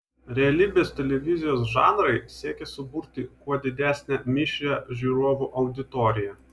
realybės televizijos žanrai siekia suburti kuo didesnę mišrią žiūrovų auditoriją